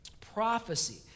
prophecy